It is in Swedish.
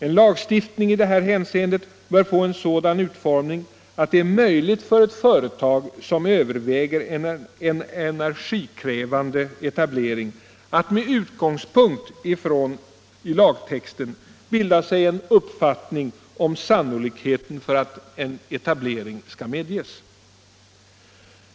En lagstiftning i detta hänseende bör få en sådan utformning att det är möjligt för ett företag som överväger en energikrävande etablering att med utgångspunkt i lagtexten bilda sig en uppfattning om sannolikheten för att en etablering skall medges.